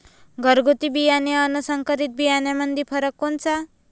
घरगुती बियाणे अन संकरीत बियाणामंदी फरक कोनचा?